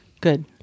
good